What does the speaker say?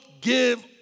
give